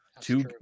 Two